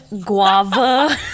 guava